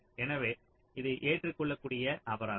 எனவே இது ஏற்றுக்கொள்ளக்கூடிய அபராதம்